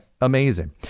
amazing